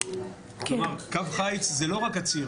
כלומר קו חיץ זה לא רק הציר,